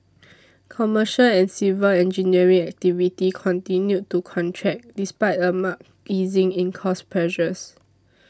commercial and civil engineering activity continued to contract despite a marked easing in cost pressures